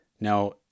Now